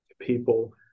people